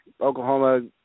Oklahoma